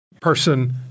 person